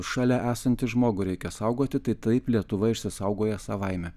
šalia esantį žmogų reikia saugoti tai taip lietuva išsisaugoja savaime